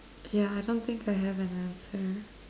yeah I don't think I have an answer